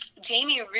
jamie